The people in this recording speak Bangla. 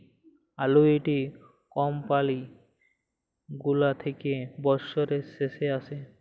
আলুইটি কমপালি গুলা থ্যাকে বসরের শেষে আসে